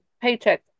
paycheck